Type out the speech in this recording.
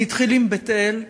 זה התחיל עם בית-אל,